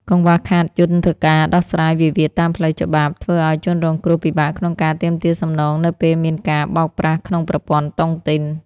កង្វះខាតយន្តការដោះស្រាយវិវាទតាមផ្លូវច្បាប់ ធ្វើឱ្យជនរងគ្រោះពិបាកក្នុងការទាមទារសំណង នៅពេលមានការបោកប្រាស់ក្នុងប្រព័ន្ធតុងទីន។